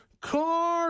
Car